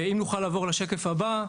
בשקף הבא,